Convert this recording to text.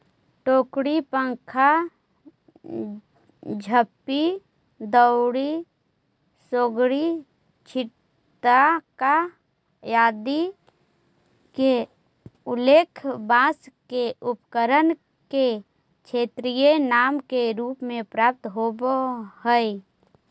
टोकरी, पंखा, झांपी, दौरी, चोंगरी, छितका आदि के उल्लेख बाँँस के उपकरण के क्षेत्रीय नाम के रूप में प्राप्त होवऽ हइ